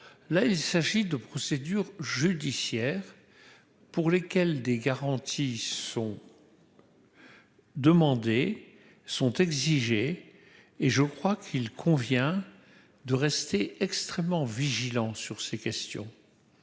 là il s'agit de procédures judiciaires pour lesquels des garanties sont. Demandez sont exigés et je crois qu'il convient de rester extrêmement vigilants sur ces questions,